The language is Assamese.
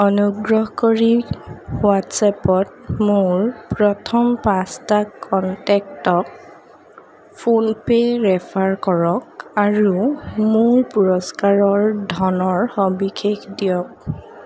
অনুগ্ৰহ কৰি হোৱাট্ছএপত মোৰ প্ৰথম পাঁচটা কণ্টেক্টক ফোন পে' ৰেফাৰ কৰক আৰু মোৰ পুৰস্কাৰৰ ধনৰ সবিশেষ দিয়ক